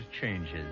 changes